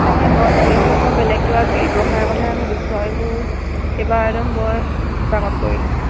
তাকে মই ভাবিছোঁ মই বেলেগ কিবা ব্যৱসায়ৰ কথাহে ভাবিছোঁ আৰু এইবোৰ এইবাৰ একদম বৰ বিপাঙত পৰিলোঁ